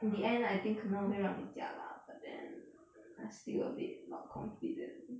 in the end I think 可能我会让你驾 lah but then I still a bit not confident